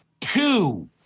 Two